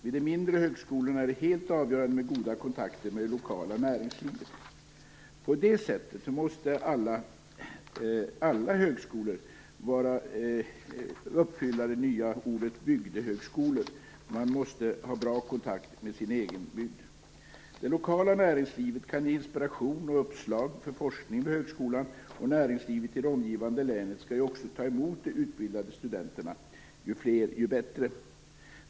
Vid de mindre högskolorna är det helt avgörande med goda kontakter med det lokala näringslivet. På det sättet måste alla högskolor leva upp till det nya begreppet bygdehögskolor. Man måste ha bra kontakt med sin egen bygd. Det lokala näringslivet kan ge inspiration och uppslag för forskning vid högskolan, och näringslivet i det omgivande länet skall ju också ta emot de utbildade studenterna - ju fler, desto bättre.